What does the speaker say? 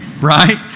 Right